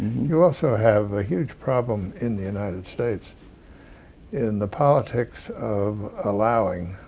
you also have a huge problem in the united states in the politics of allowing